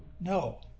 No